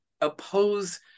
oppose